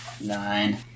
Nine